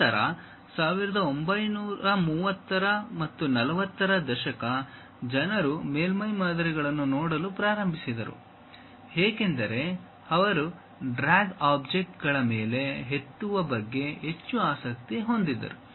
ನಂತರ 1930 ರ 40 ರ ದಶಕ ಜನರು ಮೇಲ್ಮೈ ಮಾದರಿಗಳನ್ನು ನೋಡಲು ಪ್ರಾರಂಭಿಸಿದರು ಏಕೆಂದರೆ ಅವರು ಡ್ರ್ಯಾಗ್ ಆಬ್ಜೆಕ್ಟ್ಗಳ ಮೇಲೆ ಎತ್ತುವ ಬಗ್ಗೆ ಹೆಚ್ಚು ಆಸಕ್ತಿ ಹೊಂದಿದ್ದಾರೆ